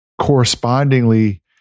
correspondingly